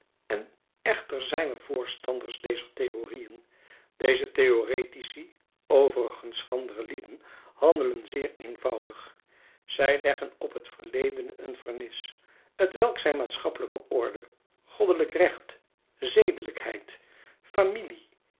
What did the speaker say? en echter zijn er voorstanders dezer theorieën deze theoretici overigens schrandere lieden handelen zeer eenvoudig zij leggen op het verledene een vernis t welk zij maatschappelijke orde goddelijk recht zedelijkheid familie